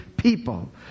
people